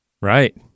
Right